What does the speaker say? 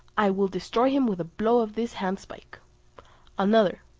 i will destroy him with a blow of this handspike another,